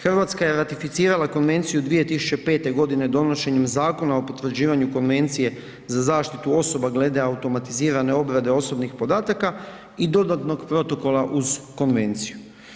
Hrvatska je ratificirala konvenciju 2005. g. donošenjem Zakona o potvrđivanje Konvencije za zaštitu osoba glede automatizirane obrade osobnih podataka i dodatnog protokola uz konvenciju.